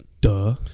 Duh